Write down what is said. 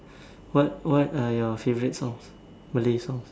what what are your favourite songs Malay songs